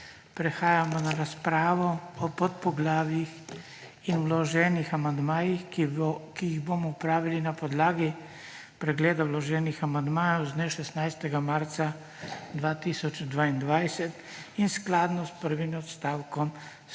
Prehajamo na razpravo o podpoglavjih in vloženih amandmajih, ki jih bomo pravili na podlagi pregledov vloženih amandmajev z dne 16. marca 2022 in skladno s prvim odstavkom